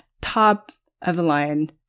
top-of-the-line